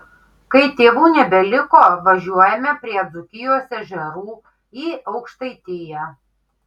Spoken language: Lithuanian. kai tėvų nebeliko važiuojame prie dzūkijos ežerų į aukštaitiją